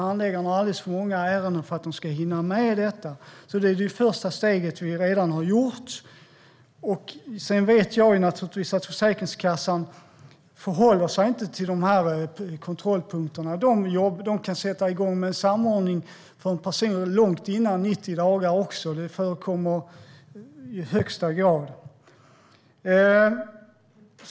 Handläggarna har alldeles för många ärenden för att de ska hinna med detta. Det är det första steget vi redan har gjort. Jag vet att Försäkringskassan inte håller sig till dessa kontrollpunkter. De kan sätta igång med en samordning för en person långt innan 90 dagar. Det förekommer i högsta grad.